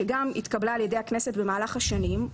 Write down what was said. שגם התקבלה על ידי הכנסת במהלך השנים,